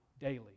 daily